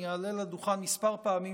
אני אעלה לדוכן כמה פעמים,